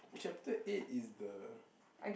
chapter eight is the